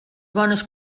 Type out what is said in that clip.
bones